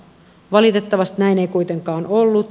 valitettavasti näin ei kuitenkaan ollut